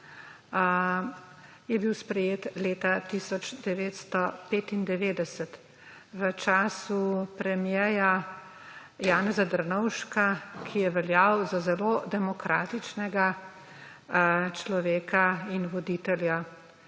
je bil sprejet leta 1995, v času premiera Janeza Drnovška, ki je veljal za zelo demokratičnega človeka in voditelja.